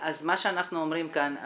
מה שאנחנו אומרים כאן,